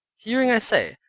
hearing, i say,